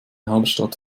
hauptstadt